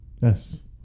Yes